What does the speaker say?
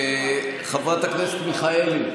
חברת הכנסת מיכאלי,